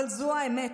אבל זו האמת,